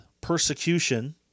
persecution